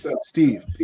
Steve